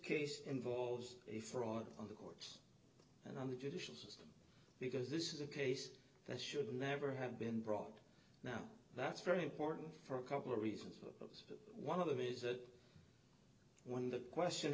case involves a fraud on the court and on the judicial system because this is a case that should never have been brought now that's very important for a couple of reasons but one of them is that when the question